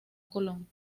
colón